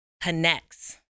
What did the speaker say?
connects